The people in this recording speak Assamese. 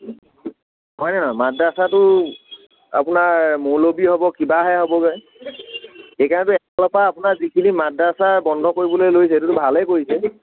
হয়নে নহয় মাদ্ৰাছাটো আপোনাৰ মৌলবী হ'ব কিবাহে হ'বগৈ সেইকাৰণেতো এক ফালৰ পৰা আপোনাৰ যিখিনি মাদ্ৰাছা বন্ধ কৰিবলৈ লৈছে সেইটোতো ভালেই কৰিছে